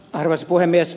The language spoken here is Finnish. arvoisa puhemies